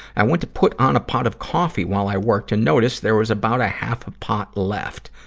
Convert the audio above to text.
i went to put on a pot of coffee while i worked and noticed there was about a half a pot left,